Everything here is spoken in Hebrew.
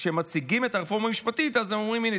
כשמציגים את הרפורמה המשפטית אז הם אומרים: הינה,